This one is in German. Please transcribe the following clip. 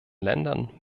ländern